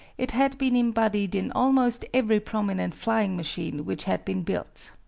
it had been embodied in almost every prominent flying machine which had been built.